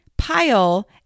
pile